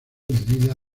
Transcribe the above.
medida